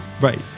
Right